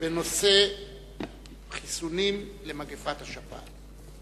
בנושא חיסונים למגפת השפעת.